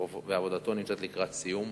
עבודתו נמצאת לקראת סיום,